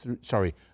sorry